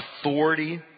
authority